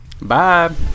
Bye